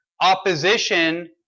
opposition